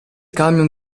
camion